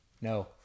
no